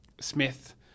Smith